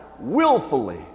willfully